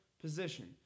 position